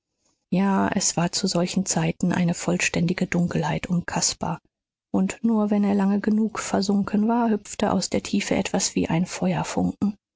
ja es war zu solchen zeiten eine vollständige dunkelheit um caspar und nur wenn er lange genug versunken war hüpfte aus der tiefe etwas wie ein